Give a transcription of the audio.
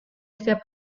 setiap